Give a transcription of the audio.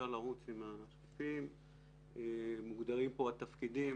מוגדרים התפקידים.